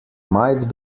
might